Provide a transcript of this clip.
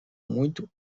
muito